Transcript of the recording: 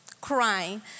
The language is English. crying